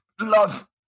love